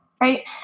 right